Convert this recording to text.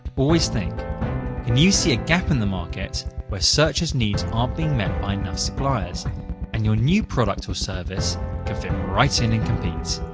always think can you see a gap in the market where searchers' needs aren't being met by enough suppliers and your new product or service can fit right in and compete?